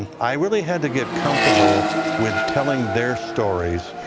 i really had to get comfortable with telling their stories.